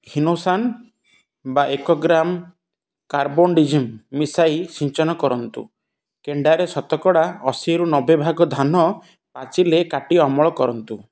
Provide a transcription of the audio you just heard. Hinosan ବା ଏକ gram carbendazim ମିଶାଇ ସିଞ୍ଚନ କରନ୍ତୁ କେଣ୍ଡାରେ ଶତକଡ଼ା ଅଶୀରୁ ନବେ ଭାଗ ଧାନ ପାଚିଲେ କାଟି ଅମଳ କରନ୍ତୁ